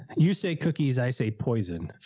you say cookies. i say poison.